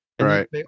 right